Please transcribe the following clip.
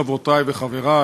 חברותי וחברי,